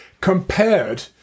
compared